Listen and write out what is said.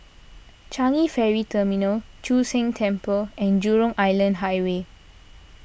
Changi Ferry Terminal Chu Sheng Temple and Jurong Island Highway